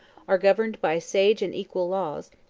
are governed by sage and equal laws,